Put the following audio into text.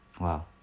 Wow